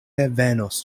revenos